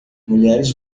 mulheres